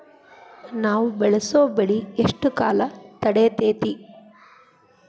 ನಾವು ಬೆಳಸೋ ಬೆಳಿ ಎಷ್ಟು ಕಾಲ ತಡೇತೇತಿ?